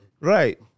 Right